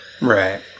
Right